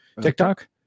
TikTok